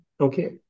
Okay